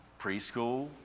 preschool